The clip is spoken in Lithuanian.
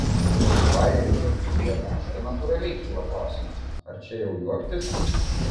o su bajeriais apie g tašką natūraliai kyla klausimas ar čia jau juoktis